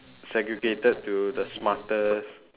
segregated to the smartest